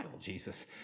Jesus